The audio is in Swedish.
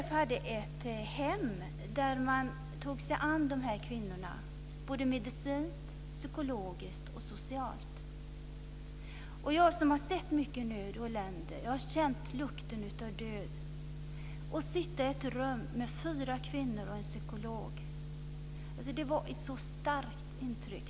Unicef hade ett hem där man tog sig an de här kvinnorna medicinskt, psykologiskt och socialt. Jag som har sett mycket nöd och elände, som har känt lukten av död, fick sitta i ett rum med fyra kvinnor och en psykolog. Det var ett så starkt intryck.